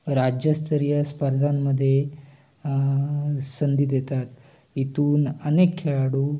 राज्यस्तरीय स्पर्धांमध्ये संधी देतात इथून अनेक खेळाडू